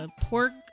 Pork